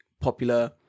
popular